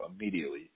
immediately